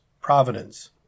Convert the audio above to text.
Providence